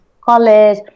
college